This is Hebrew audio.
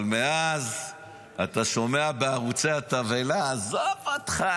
אבל מאז אתה שומע בערוצי התבהלה: עזוב אותך,